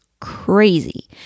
crazy